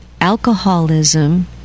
Alcoholism